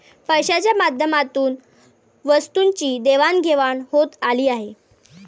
पैशाच्या माध्यमातून वस्तूंची देवाणघेवाण होत आली आहे